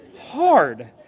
hard